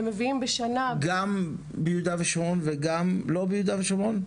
גם ביהודה ושומרון וגם לא ביהודה ושומרון?